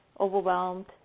overwhelmed